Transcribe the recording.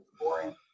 Boring